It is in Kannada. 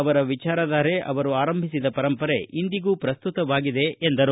ಅವರ ವಿಚಾರಧಾರೆ ಅವರು ಆರಂಭಿಸಿದ ಪರಂಪರೆ ಇಂದಿಗೂ ಪ್ರಸ್ತುತವಾಗಿದೆ ಎಂದರು